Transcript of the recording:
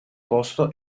posto